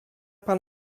pan